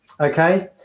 okay